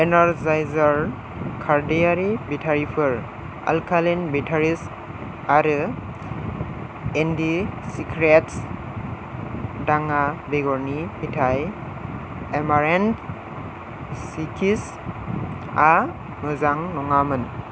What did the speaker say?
energiser खारदैयारि बेटारिफोर alkaline batteries आरो इन्डिसिक्रेत्स दाङा बेगरनि फिथाय एमारेन्ट सिद्सआ मोजां नङामोन